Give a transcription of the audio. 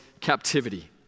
captivity